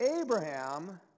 Abraham